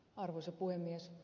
arvoisa puhemies